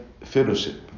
fellowship